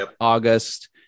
August